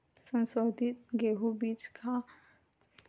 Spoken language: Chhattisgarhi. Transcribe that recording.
संसोधित गेहूं बीज एक एकड़ म कतेकन लगथे?